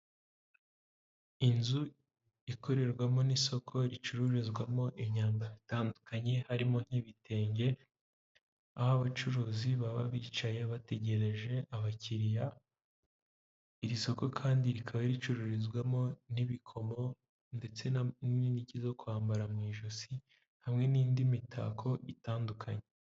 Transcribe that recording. Inzu ikorerwamo n'isoko ricururizwamo imyambaro itandukanye harimo ibitenge, aho abacuruzi baba bicaye bategereje abakiriya. Iri soko kandi rikaba ricururizwamo n'ibikomo ndetse n'inigi zo kwambara mu ijosi hamwe n'indi mitako itandukanye.